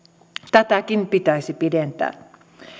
tätäkin pitäisi pidentää